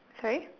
sorry